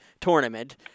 tournament